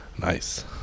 Nice